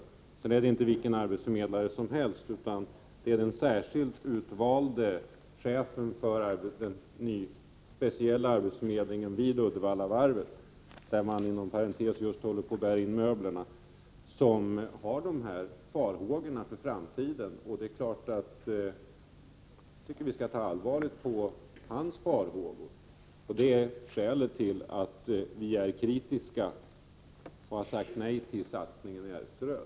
Den jag nämnde är inte vilken arbetsförmedlare som helst, utan det är den särskilt utvalde chefen för den speciella arbetsförmedlingen vid Uddevallavarvet — där man just håller på att bära in möblerna — som hyser dessa farhågor för framtiden. Jag tycker att vi skall ta allvarligt på hans farhågor. Det är skälet till att vi är kritiska och har sagt nej till satsningen i Ertseröd.